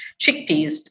chickpeas